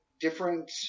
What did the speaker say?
different